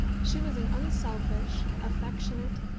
she was an unselfish, affectionate,